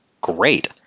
great